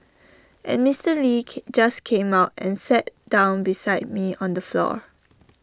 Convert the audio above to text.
and Mister lee just came and sat down beside me on the floor